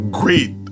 great